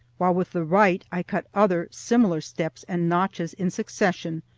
while with the right i cut other similar steps and notches in succession,